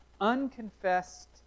unconfessed